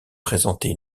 présentait